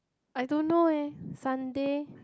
I don't know eh Sunday